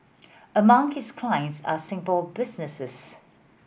among his clients are Singapore businesses